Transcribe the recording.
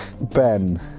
Ben